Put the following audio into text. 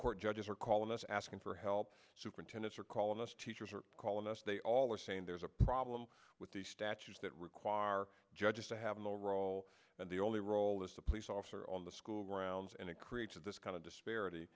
court judges are calling us asking for help superintendents are calling us teachers are calling us they all are saying there's a problem with the statutes that require our judges to have no role and the only role is a police officer on the school grounds and it creates this kind of disparity